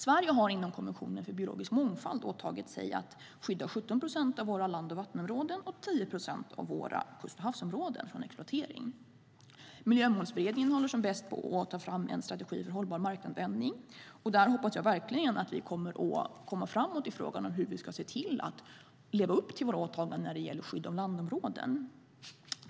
Sverige har inom konventionen för biologisk mångfald åtagit sig att skydda 17 procent av våra land och vattenområden och 10 procent av våra kust och havsområden från exploatering. Miljömålsberedningen håller som bäst på att ta fram en strategi för hållbar markanvändning. Där hoppas jag verkligen att vi kommer framåt i frågan om hur vi ska leva upp till våra åtaganden när det gäller skydd av landområden.